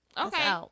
Okay